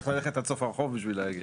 צריך ללכת עד סוף הרחוב בשביל להגיע.